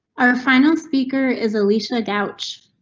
our final speaker is alicia couch,